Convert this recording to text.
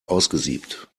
ausgesiebt